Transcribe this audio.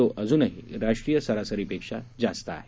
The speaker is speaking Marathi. तो अजूनही राष्ट्रीय सरासरीपेक्षा जास्त आहे